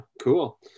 cool